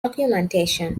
documentation